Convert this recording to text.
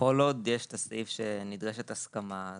כל עוד יש את הסעיף שנדרשת הסכמה.